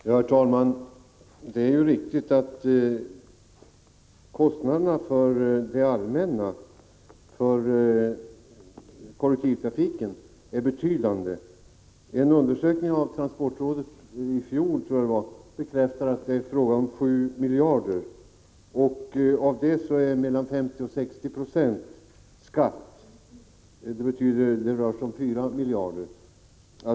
Herr talman! Det är riktigt att det allmännas kostnader för kollektivtrafiken är betydande. En undersökning av transportrådet bekräftar att det är fråga om 7 miljarder, varav mellan 50 och 60 96 är skatt, dvs. ca 4 miljarder.